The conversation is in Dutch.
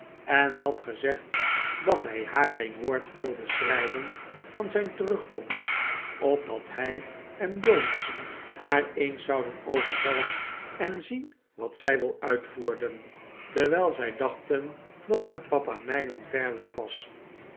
en had gezegd dat hij haar geen woord wilde schrijven van zijn terugkomst opdat hij en jonas haar eens zouden overvallen en zien wat zij wel uitvoerden terwijl zij dachten dat haar papa mijlen ver weg was